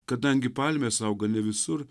kadangi palmės auga ne visur